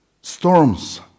storms